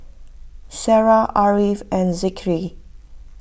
Sarah Ariff and Zikri